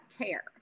care